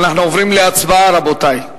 אנחנו עוברים להצבעה, רבותי.